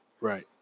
right